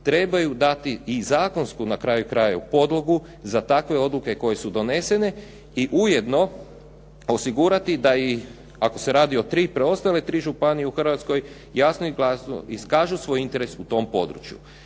treba dati i zakonsku na kraju krajeva podlogu za takve odluke koje su donesene i ujedno osigurati da i ako se radi o preostale tri županije u Hrvatskoj jasno i glasno iskažu svoj interes u tom području.